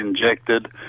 injected